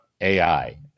AI